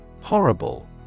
Horrible